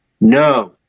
No